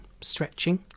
stretching